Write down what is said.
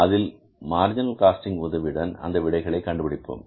அது marginal costing உதவியுடன் அந்த விடைகளை கண்டுபிடிப்போம்